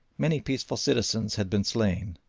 many peaceful citizens had been slain,